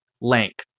length